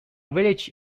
village